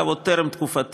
עוד טרם תקופתי,